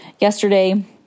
yesterday